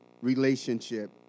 relationship